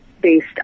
based